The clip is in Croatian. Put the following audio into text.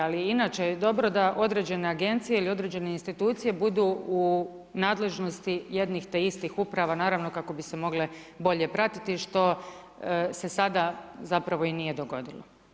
Ali inače je dobro da određena agencija ili određene institucije budu u nadležnosti jednih te istih uprava naravno kako bi se mogle bolje pratiti što se sada i nije dogodilo.